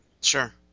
Sure